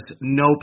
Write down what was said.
no